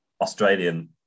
Australian